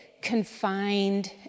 confined